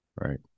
Right